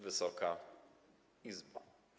Wysoka Izbo!